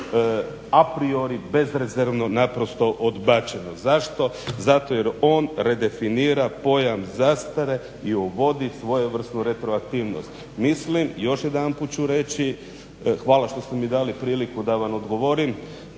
a priori bezrezervno naprosto odbačeno. Zašto, zato jer on redefinira pojam zastare i uvodi svojevrsnu retroaktivnost. Mislim, još jedanput ću reći, hvala što ste mi dali priliku da vam odgovorim,